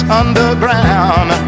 underground